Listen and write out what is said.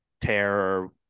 tear